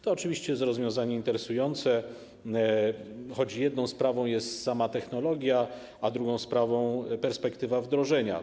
To oczywiście jest rozwiązanie interesujące, choć jedną sprawą jest sama technologia, a drugą perspektywa wdrożenia.